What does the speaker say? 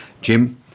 Jim